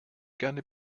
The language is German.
gerne